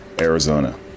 Arizona